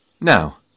Now